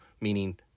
meaning